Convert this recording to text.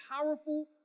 powerful